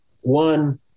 One